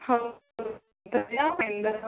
ಹೌದು ಯಾವಾಗಿಂದ